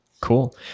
Cool